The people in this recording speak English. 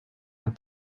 and